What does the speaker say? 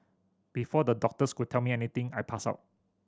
before the doctors could tell me anything I passed out